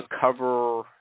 cover